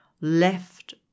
left